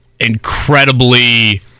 incredibly